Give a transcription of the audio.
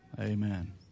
Amen